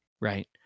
Right